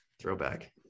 Throwback